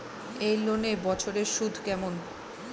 এই লোনের বছরে সুদ কেমন?